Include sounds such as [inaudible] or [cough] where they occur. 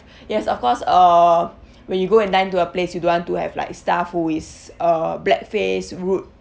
[breath] yes of course uh when you go and dine to a place you don't want to have like staff who is uh black face rude